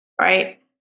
right